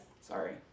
sorry